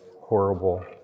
horrible